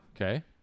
Okay